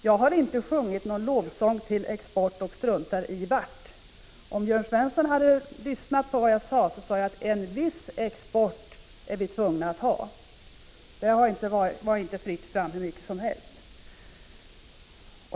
Jag har inte sjungit någon lovsång till vapenexport och förklarat att jag struntar i vart exporten går. Om Jörn Svensson hade lyssnat hade han hört att jag sade att vi är tvungna att ha en viss export. Det är inte alls fritt fram här.